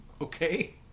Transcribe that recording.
Okay